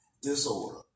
disorder